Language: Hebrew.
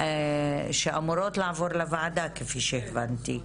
שאמורות לעבור לוועדה כפי שהבנתי.